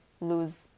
lose